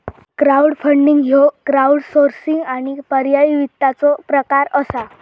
crowdfunding ह्यो crowdsourcing आणि पर्यायी वित्ताचो प्रकार असा